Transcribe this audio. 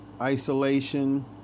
isolation